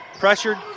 Pressured